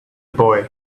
boy